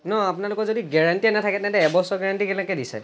ন আপোনালোকৰ যদি গেৰাণ্টিয়ে নাথাকে তেন্তে এবছৰ গেৰাণ্টি কেনেকৈ দিছে